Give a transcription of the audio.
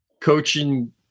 coaching